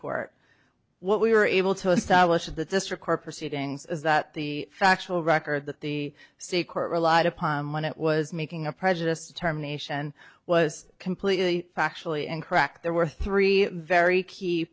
court what we were able to establish that this record proceedings is that the factual record that the state court relied upon when it was making a prejudiced term nation was completely factually incorrect there were three very key